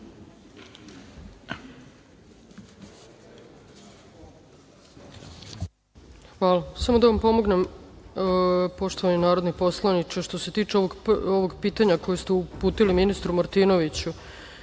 Hvala. Samo da vam pomognem, poštovani narodni poslaniče. Što se tiče ovog pitanja koje ste uputili ministru Martinoviću,